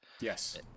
Yes